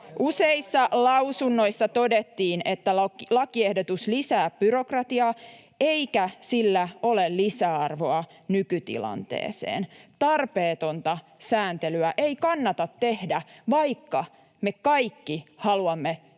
Useissa lausunnoissa todettiin, että lakiehdotus lisää byrokratiaa, eikä sillä ole lisäarvoa nykytilanteeseen. Tarpeetonta sääntelyä ei kannata tehdä, vaikka me kaikki haluamme ehdottomasti